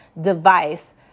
device